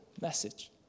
message